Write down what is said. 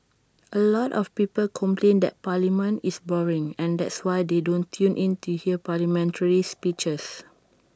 A lot of people complain that parliament is boring and that's why they don't tune in to hear parliamentary speeches